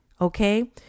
okay